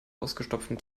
ausgestopften